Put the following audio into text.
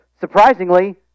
surprisingly